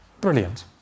Brilliant